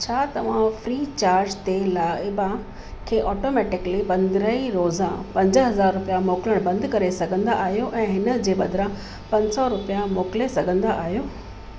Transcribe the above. छा तव्हां free charge ते लाइबा खे ऑटोमैटिकली पंदिरहीं रोज़ा पंज हज़ार रुपिया मोकिलण बंदि करे सघंदा आहियो ऐं इन जे बदिरां पंज सौ रुपिया मोकिले सघंदा आहियो